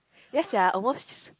ya sia almost